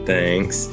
Thanks